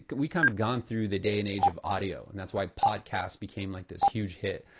but we kind of gone through the day and age of audio. and that's why podcast became like this huge hit,